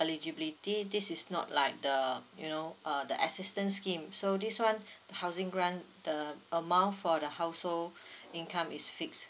eligibility this is not like the you know uh the assistance scheme so this one housing grant the amount for the household income is fixed